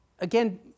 again